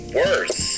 worse